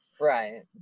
right